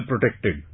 protected